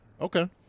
Okay